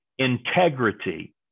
integrity